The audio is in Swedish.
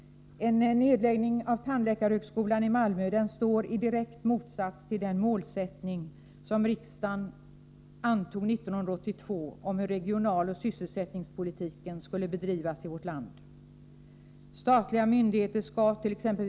En nedläggning av tandläkarhögskolan i Malmö står i direkt motsats till den målsättning som riksdagen antog 1982 om hur regionaloch sysselsättningspolitiken skulle bedrivas i vårt land. Statliga myndigheter skallt.ex.